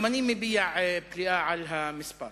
גם אני מביע פליאה על המספר.